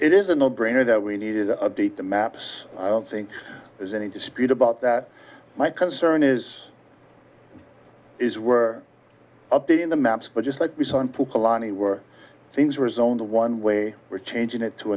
it is a no brainer that we needed to update the maps i don't think there's any dispute about that my concern is is we're updating the maps but just like we saw in polani were things were zoned a one way we're changing it to